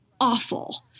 awful